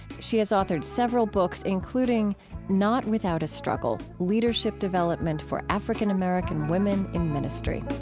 she has authored several books, including not without a struggle leadership development for african american women in ministry